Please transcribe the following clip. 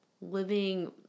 Living